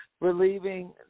relieving